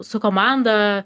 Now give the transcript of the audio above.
su komanda